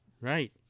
Right